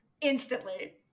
Instantly